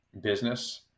business